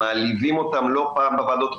מעליבים אותם לא פעם בוועדות,